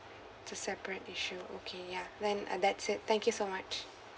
two separate issue okay ya then uh that's it thank you so much